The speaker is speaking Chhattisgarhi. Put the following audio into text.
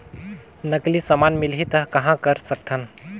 नकली समान मिलही त कहां कर सकथन?